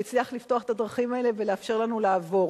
הוא הצליח לפתוח את הדרכים האלה ולאפשר לנו לעבור.